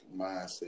mindset